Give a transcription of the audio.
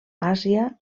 àsia